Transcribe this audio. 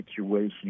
situation